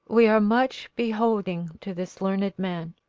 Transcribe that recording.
we are much beholding to this learned man.